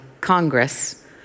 Congress